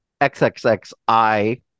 xxxi